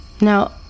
Now